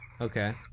Okay